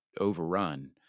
overrun